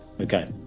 Okay